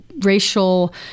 racial